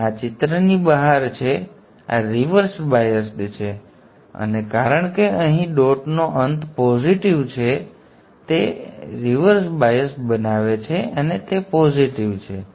તેથી આ ચિત્રની બહાર છે આ રિવર્સ બાયસ્ડ છે અને કારણ કે અહીં ડોટનો અંત પોઝિટિવ છે આ રિવર્સ બાયસ્ડ બનાવે છે તે પોઝિટિવ છે